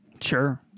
sure